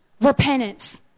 repentance